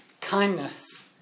kindness